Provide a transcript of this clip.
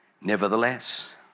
Nevertheless